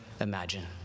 imagine